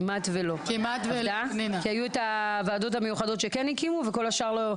כי היו את הוועדות המיוחדת שכן הכירו וכל השאר לא,